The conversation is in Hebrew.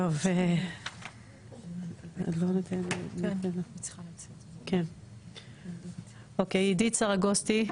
עידית סרגוסטי,